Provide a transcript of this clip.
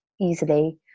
easily